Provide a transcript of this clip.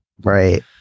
Right